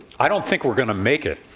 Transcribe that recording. i don't think we're going to make it.